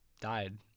died